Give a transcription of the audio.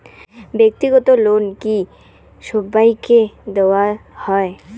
ব্যাক্তিগত লোন কি সবাইকে দেওয়া হয়?